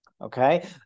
Okay